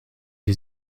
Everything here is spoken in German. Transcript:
wir